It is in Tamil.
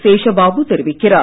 சேஷபாபு தெரிவிக்கிறார்